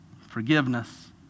Forgiveness